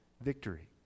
victory